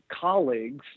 colleagues